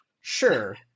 sure